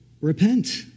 repent